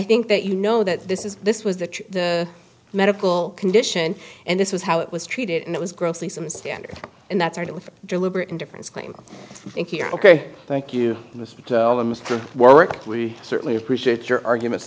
think that you know that this is this was the true the medical condition and this was how it was treated and it was grossly some standard in that started with deliberate indifference claim and here ok thank you for this work we certainly appreciate your arguments